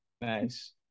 Nice